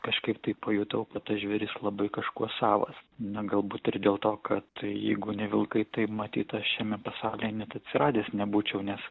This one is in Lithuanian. kažkaip tai pajutau kad tas žvėris labai kažkuo savas na galbūt ir dėl to kad jeigu ne vilkai tai matyt aš šiame pasaulyje net atsiradęs nebūčiau nes